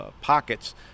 pockets